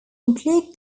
include